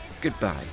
goodbye